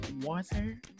water